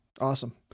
Awesome